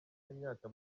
y’imyaka